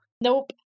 nope